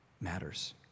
matters